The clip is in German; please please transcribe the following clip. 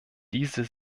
diese